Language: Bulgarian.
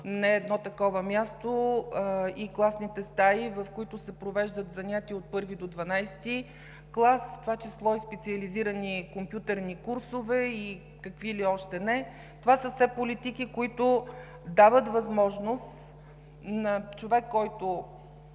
не едно такова място и класните стаи, в които се провеждат занятия от I до XII клас, в това число и специализирани компютърни курсове и какви ли още не. Това са все политики, които дават възможност на човек, който